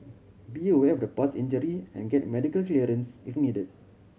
be aware of past injury and get medical clearance if needed